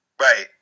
Right